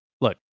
Look